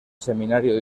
seminario